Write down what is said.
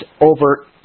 over